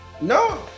No